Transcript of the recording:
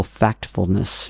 factfulness